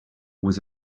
was